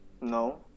No